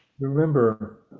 remember